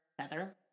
feather